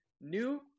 new